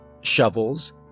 shovels